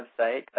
website